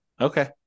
Okay